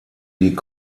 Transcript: die